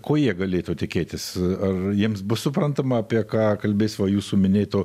ko jie galėtų tikėtis ar jiems bus suprantama apie ką kalbės va jūsų minėtų